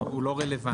הוא לא רלוונטי.